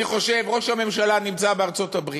ראש הממשלה נמצא בארצות-הברית,